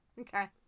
Okay